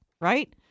right